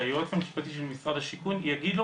שהיועץ המשפטי של משרד השיכון יגיד לו